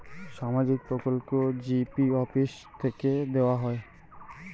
সামাজিক প্রকল্প কি জি.পি অফিস থেকে দেওয়া হয়?